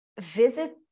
visit